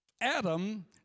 Adam